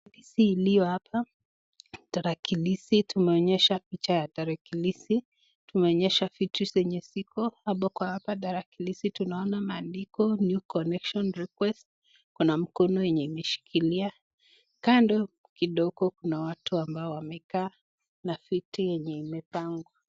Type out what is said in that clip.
Tarakilishi iliyo hapa, tarakilishi tumeonyeshwa picha ya tarakilishi, tumeonyeshwa vitu zenye ziko hapo, kwa hapa tarakilishi tunaona maandiko New connection request kuna mkono yenye imeshikilia, kando kidogo kuna watu ambao wamekaa na viti yenye imepangwa.